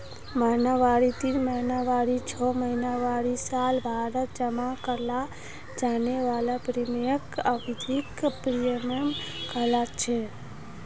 महिनावारी तीन महीनावारी छो महीनावारी सालभरत जमा कराल जाने वाला प्रीमियमक अवधिख प्रीमियम कहलाछेक